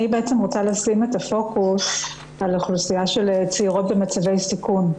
אני רוצה לשים את הפוקוס על אוכלוסייה של צעירות במצבי סיכון.